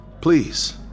Please